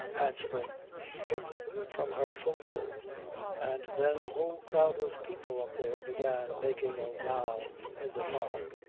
answering him from her forecastle and then a whole crowd of people up there began making a row in the fog.